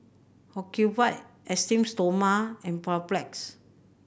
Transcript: Ocuvite Esteem Stoma and Papulex